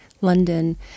London